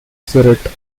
spirit